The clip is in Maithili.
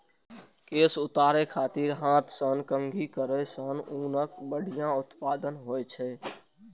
केश उतारै खातिर हाथ सं कंघी करै सं ऊनक बढ़िया उत्पादन होइ छै